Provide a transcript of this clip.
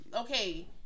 Okay